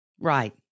Right